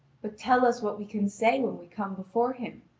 but tell us what we can say when we come before him.